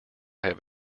have